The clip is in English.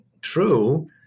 true